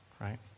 right